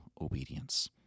obedience